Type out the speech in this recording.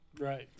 right